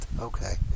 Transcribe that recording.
Okay